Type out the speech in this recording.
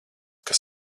kas